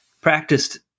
practiced